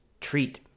treat